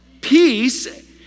Peace